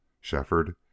Shefford